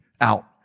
out